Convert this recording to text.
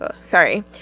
Sorry